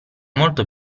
molto